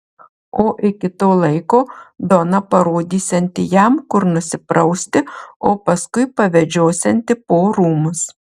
o iki to laiko dona parodysianti jam kur nusiprausti o paskui pavedžiosianti po rūmus